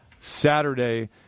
Saturday